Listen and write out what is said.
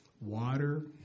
water